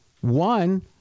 one